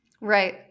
Right